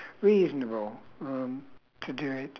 reasonable um to do it